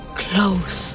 close